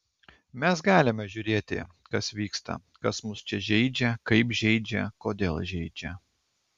mes galime žiūrėti kas vyksta kas mus čia žeidžia kaip žeidžia kodėl žeidžia